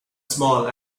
small